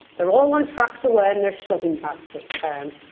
they're all on track to earn their shoving badge this term.